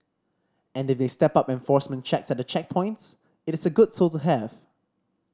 and if they step up enforcement checks at the checkpoints it is a good tool to have